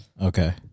Okay